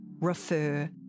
refer